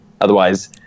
Otherwise